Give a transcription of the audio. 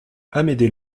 amédée